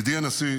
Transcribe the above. ידידי הנשיא,